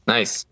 Nice